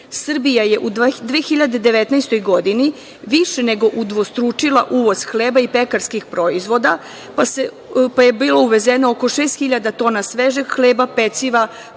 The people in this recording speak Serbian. seme? Srbija je u 2019. godini više nego udvostručila uvoz hleba i pekarskih proizvoda, pa je bilo uvezeno oko 6.000 tona svežeg hleba, peciva,